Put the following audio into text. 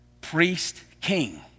priest-king